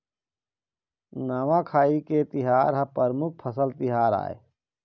नवाखाई के तिहार ह परमुख फसल तिहार आय